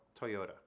Toyota